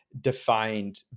defined